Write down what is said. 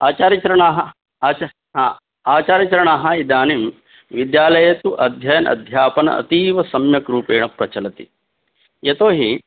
आचार्यचरणाः आचार्यचरणाः इदानीं विद्यालयेषु अध्ययनम् अध्यापनम् अतीव सम्यक् रूपेण प्रचलति यतोहि